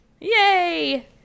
yay